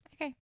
Okay